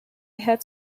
have